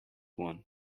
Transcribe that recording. one